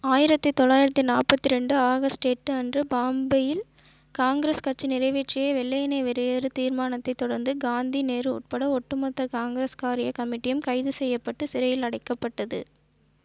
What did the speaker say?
ஆயிரத்து தொளாயிரத்து நாற்பத்தி ரெண்டு ஆகஸ்ட் எட்டு அன்று பாம்பேயில் காங்கிரஸ் கட்சி நிறைவேற்றிய வெள்ளையனே வெளியேறு தீர்மானத்தைத் தொடர்ந்து காந்தி நேரு உட்பட ஒட்டுமொத்த காங்கிரஸ் காரியக் கமிட்டியும் கைது செய்யப்பட்டு சிறையில் அடைக்கப்பட்டது